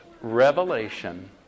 revelation